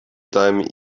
time